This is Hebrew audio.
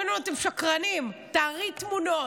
אומרים לנו: אתם שקרנים, תַראי תמונות.